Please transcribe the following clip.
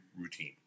routine